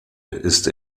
ist